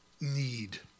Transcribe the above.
need